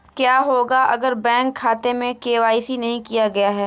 क्या होगा अगर बैंक खाते में के.वाई.सी नहीं किया गया है?